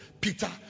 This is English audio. Peter